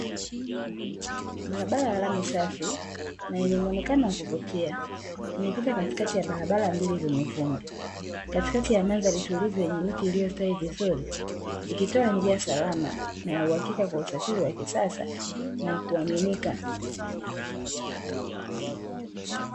Barabara ya lami safi na yenye muonekano wa kuvutia, imepita katikati ya barabara mbili zenye vumbi. Katikati ya mandhari tulivu yenye miti iliyostawi vizuri ikitoa njia salama na ya uhakika kwa usafiri wa kisasa na kuaminika.